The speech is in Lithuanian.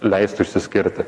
leistų išsiskirti